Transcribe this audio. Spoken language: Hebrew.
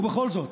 ובכל זאת,